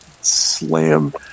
slam